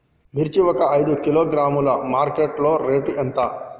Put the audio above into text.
మిర్చి ఒక ఐదు కిలోగ్రాముల మార్కెట్ లో రేటు ఎంత?